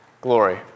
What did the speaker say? glory